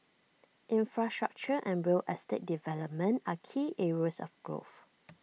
infrastructure and real estate development are key areas of growth